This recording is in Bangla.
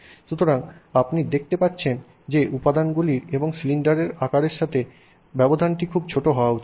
সুতরাং আপনি দেখতে পাচ্ছেন যে উপাদানগুলির এবং সিলিন্ডারের আকারের সাথে ফাঁকটি খুব ছোট হওয়া উচিত